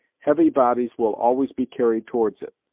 heavy bodies will always be carried towards it.